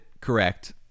correct